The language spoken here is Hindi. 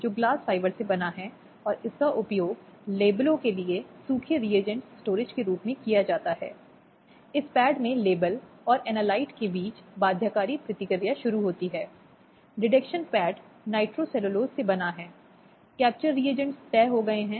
तो यह एक बहुत ही त्वरित उपाय है और यह एक बहुत ही सरल उपाय है क्योंकि कुछ संस्थान या अधिकारी हैं जो अधिनियम के कामकाज की सहायता के लिए बनाए गए हैं